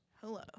Hello